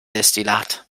destillat